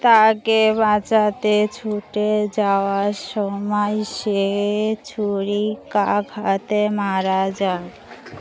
তাকে বাঁচাতে ছুটে যাওয়ার সময় সে ছুরিকাঘাতে মারা যায়